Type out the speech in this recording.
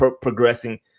progressing